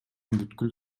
бүткүл